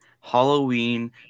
Halloween